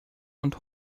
und